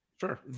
Sure